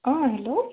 অ hello